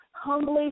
humbly